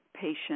patient